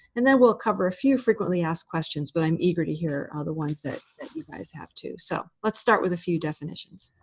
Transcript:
and then we'll cover a few frequently asked questions. but i'm eager to hear ah the ones that you guys have, too. so let's start with a few definitions.